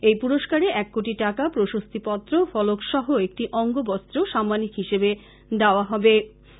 এই পুরস্কারে এক কোটি টাকা প্রশস্তি পত্র ফলক সহ একটি অঙ্গ বস্ত্র সাম্মানিক হিসেবে দেওয়া হয়ে থাকে